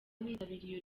bitabiriye